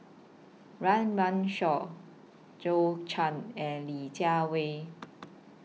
Run Run Shaw Zhou Can and Li Jiawei